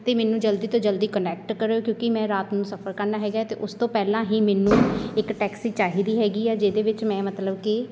ਅਤੇ ਮੈਨੂੰ ਜਲਦੀ ਤੋਂ ਜਲਦੀ ਕਨੈਕਟ ਕਰਿਓ ਕਿਉਂਕਿ ਮੈਂ ਰਾਤ ਨੂੰ ਸਫਰ ਕਰਨਾ ਹੈਗਾ ਅਤੇ ਉਸ ਤੋਂ ਪਹਿਲਾਂ ਹੀ ਮੈਨੂੰ ਇੱਕ ਟੈਕਸੀ ਚਾਹੀਦੀ ਹੈਗੀ ਆ ਜਿਹਦੇ ਵਿੱਚ ਮੈਂ ਮਤਲਬ ਕਿ